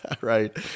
right